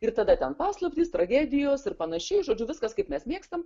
ir tada ten paslaptys tragedijos ir panašiai žodžiu viskas kaip mes mėgstam